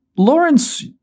Lawrence